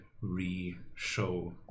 re-show